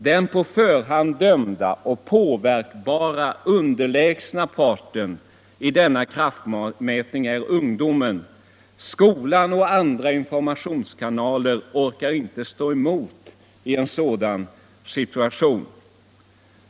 Den på förhand dömda och påverkbara underlägsna parten i denna kraftmätning är ungdomen. Skolan och andra informationskanaler orkar inte stå emot i en sådan situation.